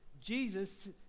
Jesus